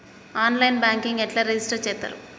On line banking ఎట్లా register చేత్తరు?